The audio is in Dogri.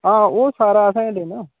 हां ओह् सारा असें गै देना